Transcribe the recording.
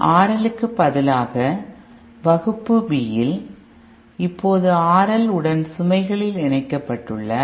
InRL க்கு பதிலாக வகுப்பு B இல் இப்போது RL உடன் சுமைகளில் இணைக்கப்பட்டுள்ள